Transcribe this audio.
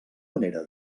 manera